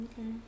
Okay